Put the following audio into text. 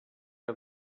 que